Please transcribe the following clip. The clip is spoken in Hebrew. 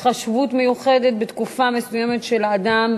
התחשבות מיוחדת בתקופה מסוימת של האדם,